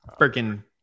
freaking